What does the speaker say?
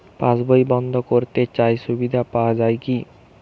পাশ বই বন্দ করতে চাই সুবিধা পাওয়া যায় কি?